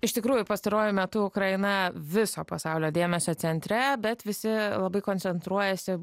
iš tikrųjų pastaruoju metu ukraina viso pasaulio dėmesio centre bet visi labai koncentruojasi